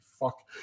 fuck